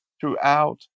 throughout